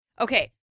Okay